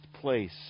place